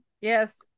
yes